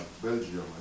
Belgium